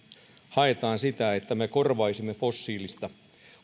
haetaan sitä että me korvaisimme fossiilista